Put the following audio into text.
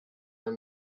der